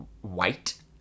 white